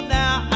now